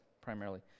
primarily